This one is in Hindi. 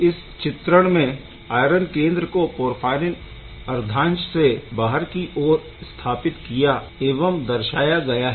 इस चित्रण में आयरन केंद्र को पोरफ़ाईरिन अर्धांश से बाहर की ओर स्थापित किया एवं दर्शाया गया है